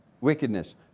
Wickedness